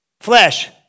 Flesh